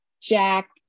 Jack